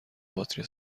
باتری